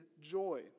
joy